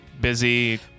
busy